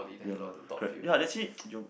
ya lor correct ya actually you